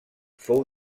fou